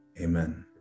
Amen